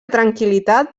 tranquil·litat